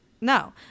no